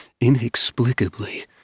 inexplicably